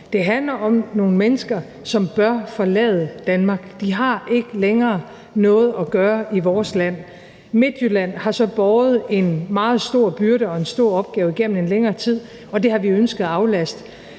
Det handler om nogle mennesker, som bør forlade Danmark. De har ikke længere noget at gøre i vores land. I Midtjylland har de så båret en meget stor byrde og en stor opgave igennem længere tid, og der har vi ønsket at aflaste